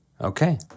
Okay